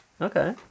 Okay